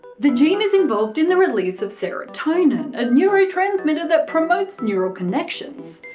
the gene is involved in the release of serotonin, a neurotransmitter that promotes neural connections.